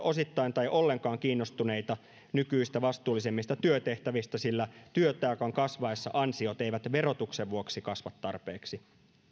osittain tai ollenkaan kiinnostuneita nykyistä vastuullisemmista työtehtävistä sillä työtaakan kasvaessa ansiot eivät verotuksen vuoksi kasva tarpeeksi